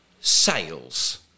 sales